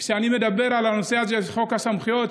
כשאני מדבר על הנושא הזה של חוק הסמכויות,